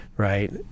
Right